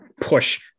push